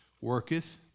worketh